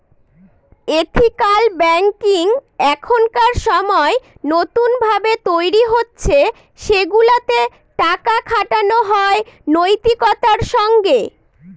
ethical banking এখনকার সময় নতুন ভাবে তৈরী হচ্ছে সেগুলাতে টাকা খাটানো হয় নৈতিকতার সঙ্গে